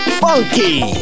funky